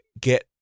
get